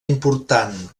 important